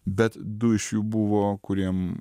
bet du iš jų buvo kuriem